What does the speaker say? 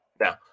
Now